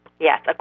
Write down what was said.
Yes